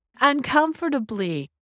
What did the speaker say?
uncomfortably